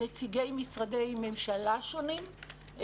נציגי משרדי ממשלה שונים,